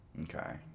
Okay